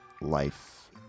life